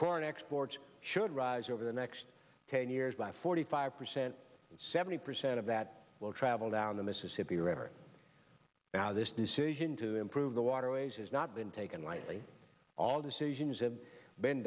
corn exports should rise over the next ten years by forty five seventy percent of that will travel down the mississippi river now this decision to improve the waterways has not been taken lightly all decisions have been